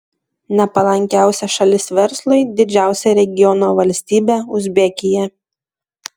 nepalankiausia šalis verslui didžiausia regiono valstybė uzbekija